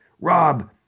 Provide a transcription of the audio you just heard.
Rob